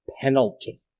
penalty